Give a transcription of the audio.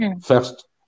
first